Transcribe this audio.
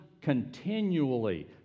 continually